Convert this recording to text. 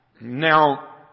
Now